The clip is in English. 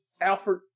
Alfred